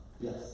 Yes